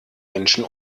menschen